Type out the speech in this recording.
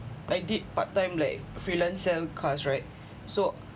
I did part time like freelance sell cars right so